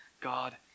God